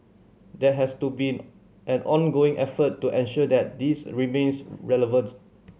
that has to be an ongoing effort to ensure that this remains relevant